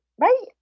right